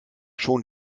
schon